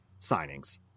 signings